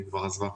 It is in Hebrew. היא כבר עזבה.